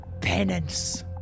penance